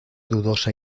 dudosa